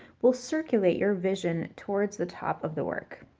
will circulate your vision towards the top of the work.